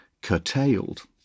curtailed